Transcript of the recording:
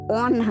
on